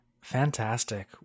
Fantastic